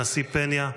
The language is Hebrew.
הנשיא פניה,